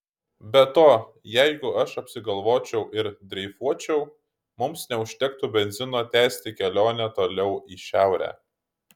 be to jeigu aš apsigalvočiau ir dreifuočiau mums neužtektų benzino tęsti kelionę toliau į šiaurę